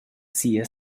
sia